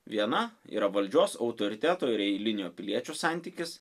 viena yra valdžios autoriteto ir eilinio piliečio santykis